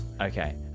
Okay